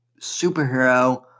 superhero